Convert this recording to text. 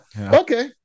okay